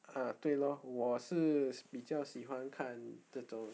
ah 对 lor 我是比较喜欢看这种